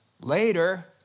later